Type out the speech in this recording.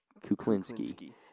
Kuklinski